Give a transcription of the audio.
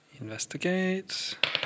Investigate